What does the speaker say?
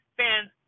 fans